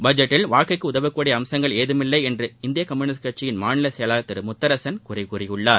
பட்ஜெட்டில் வாழ்க்கைக்கு உதவக்கூடிய அம்சங்கள் ஏதுமில்லை என்று இந்திய கம்யுனிஸ்ட் கட்சியின் மாநில செயலாளர் திரு முத்தரசன் குறை கூறியுள்ளார்